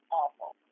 awful